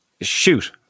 Shoot